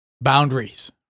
boundaries